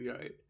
Right